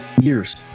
years